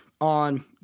on